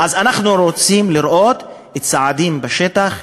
אז אנחנו רוצים לראות צעדים בשטח,